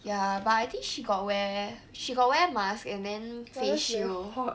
ya but I think she got wear she got wear mask and then face shield